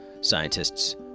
scientists